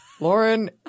Lauren